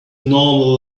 normal